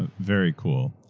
very cool,